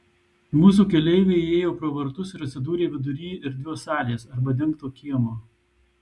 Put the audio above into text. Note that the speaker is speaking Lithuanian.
mūsų keleiviai įėjo pro vartus ir atsidūrė vidury erdvios salės arba dengto kiemo